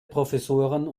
professoren